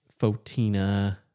Fotina